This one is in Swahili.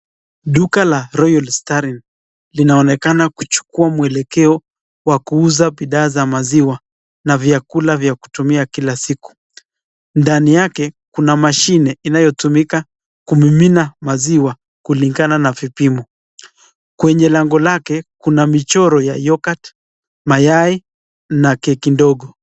Duka la ROYAL STAR INN linaonekana kuchukua mwelekeo wa kuuza bidhaa za maziwa na vyakula vya kutumia kila siku. Ndani yake kuna mashine inayotumika kumimina maziwa kulingana na vipimo. Kwenye lango lake kuna michoro ya yoghurt , mayai na keki ndogo.